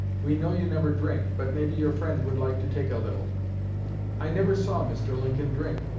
we know you never drink, but maybe your friend would like to take a little i never saw mr. lincoln drink.